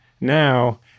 now